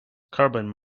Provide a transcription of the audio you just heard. carbon